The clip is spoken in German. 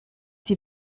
sie